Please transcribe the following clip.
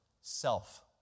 self